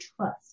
trust